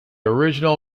original